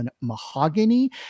mahogany